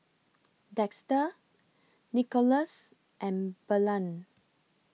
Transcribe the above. Dexter Nicholaus and Belen